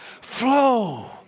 flow